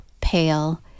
pale